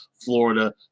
florida